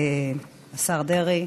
השר דרעי,